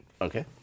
Okay